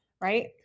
right